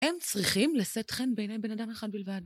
הם צריכים לשאת חן בעיניי בן אדם אחד בלבד.